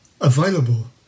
available